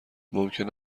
ممکن